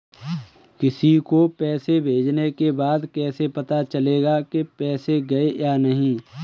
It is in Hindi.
किसी को पैसे भेजने के बाद कैसे पता चलेगा कि पैसे गए या नहीं?